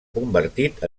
convertit